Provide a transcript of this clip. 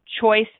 choice